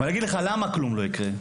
אגיד לך למה כלום לא יקרה.